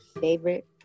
favorite